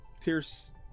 Pierce